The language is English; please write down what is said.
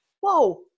whoa